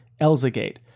Elzagate